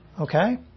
okay